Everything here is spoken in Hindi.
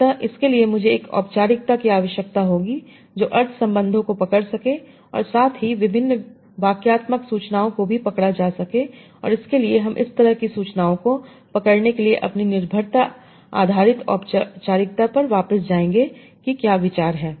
अतः इसके लिए मुझे एक औपचारिकता की आवश्यकता होगी जो अर्थ सम्बन्धों को पकड़ सके और साथ ही विभिन्न वाक्यात्मक सूचनाओं को भी पकड़ा जा सके और इसके लिए हम इस तरह की सूचनाओं को पकड़ने के लिए अपनी निर्भरता आधारित औपचारिकता पर वापस जाएँगे कि क्या विचार है